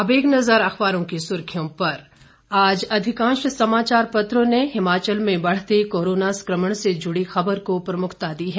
अब एक नजर अखबारों की सुर्खियों पर आज अधिकांश समाचार पत्रों ने हिमाचल में बढ़ते कोरोना संक्रमण से जुड़ी खबर को प्रमुखता दी है